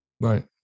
Right